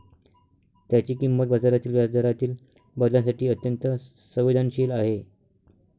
त्याची किंमत बाजारातील व्याजदरातील बदलांसाठी अत्यंत संवेदनशील आहे